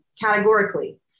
categorically